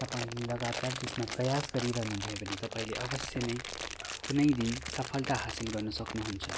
तपाईँले लगातार त्यसमा प्रयास गरिरहनुभयो भने तपाईँले अवश्य नै कुनै दिन सफलता हासिल गर्न सक्नुहुन्छ